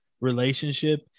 relationship